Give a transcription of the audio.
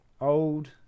Old